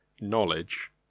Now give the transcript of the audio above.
knowledge